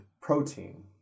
protein